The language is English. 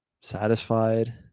satisfied